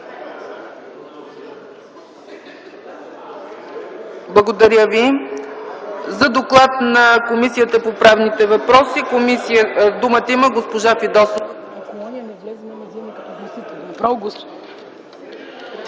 е прието. За доклад на Комисията по правни въпроси думата има госпожа Фидосова.